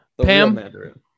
Pam